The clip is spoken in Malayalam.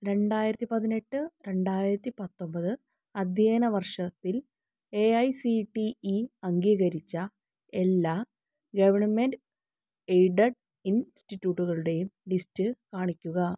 രണ്ടായിരത്തിപതിനെട്ട് രണ്ടായിരത്തിപത്തൊമ്പത് അധ്യയന വർഷത്തിൽ A I C T E അംഗീകരിച്ച എല്ലാ ഗവണ്മെൻറ്റ് എയ്ഡഡ് ഇൻസ്റ്റിറ്റ്യൂട്ടുകളുടെയും ലിസ്റ്റ് കാണിക്കുക